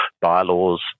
bylaws